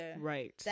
right